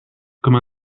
comme